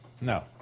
no